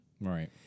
Right